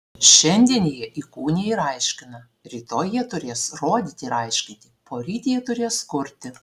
šiandien jie įkūnija ir aiškina rytoj jie turės rodyti ir aiškinti poryt jie turės kurti